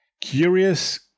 Curious